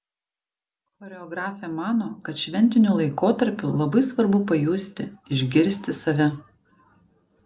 choreografė mano kad šventiniu laikotarpiu labai svarbu pajusti išgirsti save